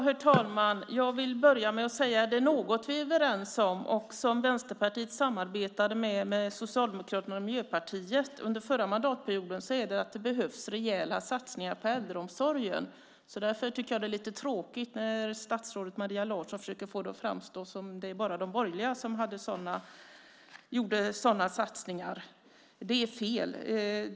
Herr talman! Jag vill börja med att säga att om det är något som vi är överens om och som Vänsterpartiet samarbetade med Socialdemokraterna och Miljöpartiet om under förra mandatperioden är det att det behövs rejäla satsningar för äldreomsorgen. Därför tycker jag att det är lite tråkigt när statsrådet Maria Larsson försöker få det att framstå som att det bara är de borgerliga som gjorde sådana satsningar. Det är fel.